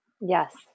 Yes